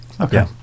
okay